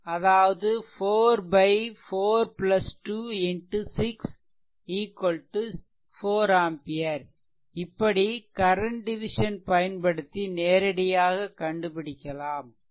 அதாவது 4 4 2 x 6 4 ampere இப்படி current division பயன்படுத்தி நேரடியாக கண்டுபிடிக்கலாம்